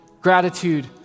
gratitude